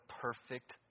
perfect